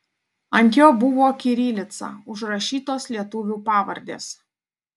ant jo buvo kirilica užrašytos lietuvių pavardės